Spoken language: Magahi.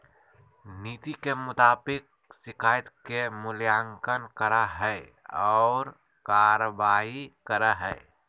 नीति के मुताबिक शिकायत के मूल्यांकन करा हइ और कार्रवाई करा हइ